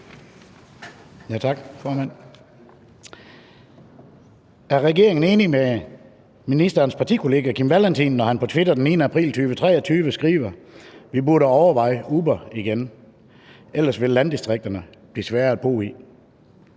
Er regeringen enig med ministerens partikollega Kim Valentin, når han på Twitter den 9. april 2023 skriver: »Vi burde overveje UBER igen... ellers vil landdistrikterne blive svære at bo